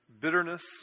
bitterness